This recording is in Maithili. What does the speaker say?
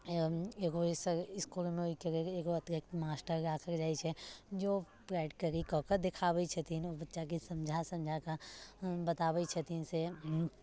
एगो अइसे इसकुलमे एहिके लेल एगो मास्टर राखल जाइत छै जे प्रैक्टिकल कऽके देखाबैत छथिन बच्चाके समझा समझाके बताबैत छथिन से